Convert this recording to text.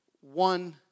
one